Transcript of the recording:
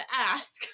ask